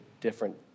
different